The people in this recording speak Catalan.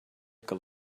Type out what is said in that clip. que